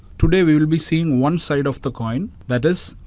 today we will be seeing one side of the coin, that is,